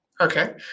Okay